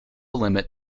limit